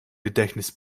gedächtnis